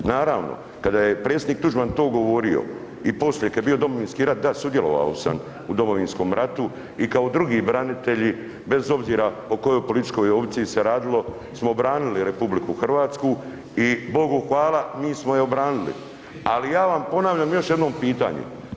Naravno, kada je predsjednik Tuđman to govorio i poslije kad je bio Domovinski rat, da sudjelovao sam u Domovinskom ratu i kao drugi branitelji bez obzira o kojoj političkoj opciji se radilo smo branili RH, i Bogu hvala mi smo je obranili, ali ja vam ponavljam još jednom pitanje.